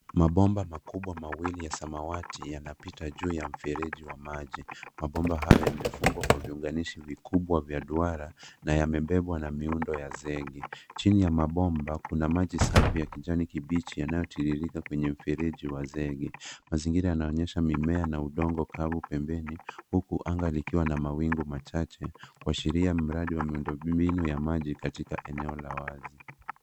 Mabomba makubwa mawili ya samawati yanapita juu ya mfereji wa maji. Mabomba hayo yamefungwa kwa viunganishi vikubwa vya duara na yamebebwa na miundo ya zege. Chini ya mabomba kuna maji safi ya kijani kibichi yanayotiririka kwenye mfereji wa zege. Mazingira yanaonyesha mimea na udongo kavu pembeni, huku anga likiwa na mawingu machache kuashiria mradi wa miundombinu ya maji katika eneo la wazi.